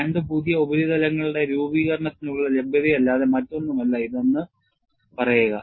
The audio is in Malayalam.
2 പുതിയ ഉപരിതലങ്ങളുടെ രൂപീകരണത്തിനുള്ള ലഭ്യതയല്ലാതെ മറ്റൊന്നുമല്ല ഇതെന്ന് പറയുക